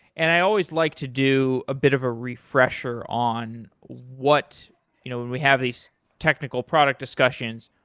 and i always like to do a bit of a refresher on what when we have these technical product discussions,